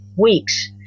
weeks